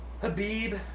Habib